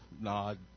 Nod